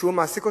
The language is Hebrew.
שמעסיק אותם,